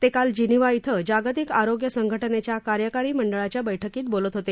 ते काल जीनिव्हा इथं जागतिक आरोग्य संघटनेच्या कार्यकारी मंडळाच्या बैठकीत बोलत होते